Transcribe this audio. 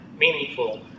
Meaningful